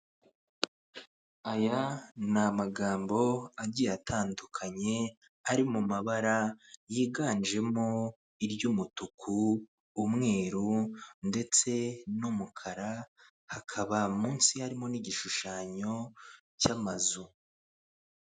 Aya ni amagambo agiye atandukanye ari mu mabara yiganjemo iry'umutuku, umweru ndetse n'umukara hakaba mu nsi harimo n'igishushanyo cy'amazu.